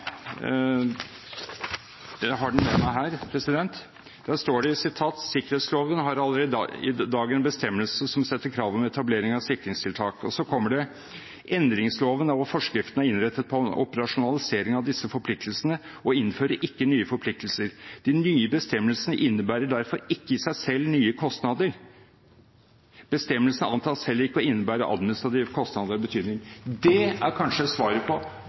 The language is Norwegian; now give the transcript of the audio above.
hvor den regjeringen som Gahr Støre var et fremtredende medlem av, uttalte følgende om objektsikring: Sikkerhetsloven har allerede i dag en bestemmelse som setter krav om etablering av sikringstiltak. Og så kommer det: Endringsloven der hvor forskriften er innrettet på en operasjonalisering av disse forpliktelsene, og innfører ikke nye forpliktelser. De nye bestemmelsene innebærer derfor ikke i seg selv nye kostnader. Bestemmelsen antas heller ikke å innebære administrative kostnader av betydning. Det er kanskje svaret på